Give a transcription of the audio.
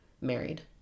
married